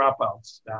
dropouts